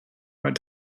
but